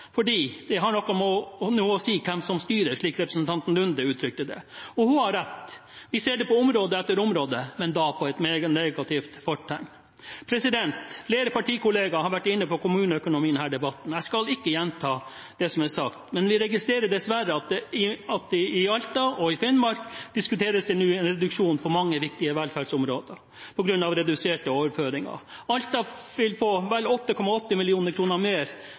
fordi jeg ser at fellesskapstanken som vi alle er avhengige av, settes i spill på bekostning av å dyrke de få. Høyre gikk til valg i 2013 med slagord om at de skulle forandre Norge. Det har de klart. «Det har noe å si hvem som styrer», slik representanten Nordby Lunde uttrykte det. Hun har rett, vi ser det på område etter område, men da med et negativt fortegn. Flere partikollegaer har vært inne på kommuneøkonomien i denne debatten. Jeg skal ikke gjenta det som er sagt. Men vi registrerer dessverre at det i Alta og